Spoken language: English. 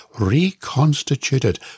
reconstituted